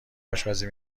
آشپزی